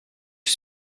que